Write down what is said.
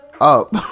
up